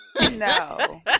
No